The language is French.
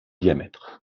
diamètre